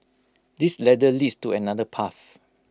this ladder leads to another path